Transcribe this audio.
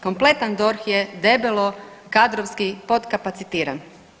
Kompletan DORH je debelo kadrovski podkapacitiran.